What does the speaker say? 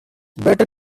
better